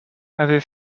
avaient